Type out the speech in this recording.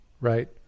right